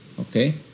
Okay